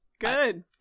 Good